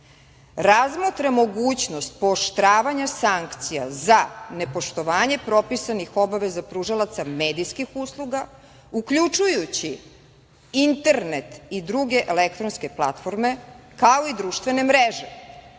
razmotre mogućnost pooštravanja sankcija za nepoštovanje propisanih obaveza pružalaca medijskih usluga, uključujući internet i druge elektronske platforme, kao i društvene mreže